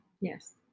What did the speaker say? yes